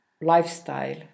lifestyle